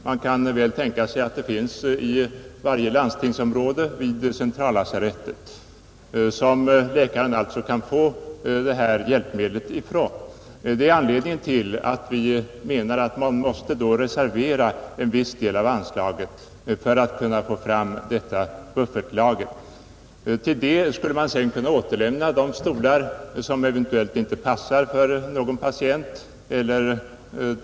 Man kan väl tänka sig att det finns i varje landstingsområde vid centrallasarettet, varifrån läkaren alltså kan få det här hjälpmedlet. Detta är anledningen till att vi menar att man då måste reservera en viss del av anslaget för att kunna få fram detta buffertlager. Till det skulle man sedan kunna återlämna de stolar som eventuellt inte passar för någon patient.